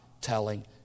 telling